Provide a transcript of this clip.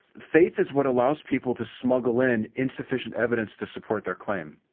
faith is what allows people to smuggle in insufficient evidence to support their claim.